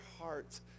hearts